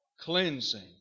cleansing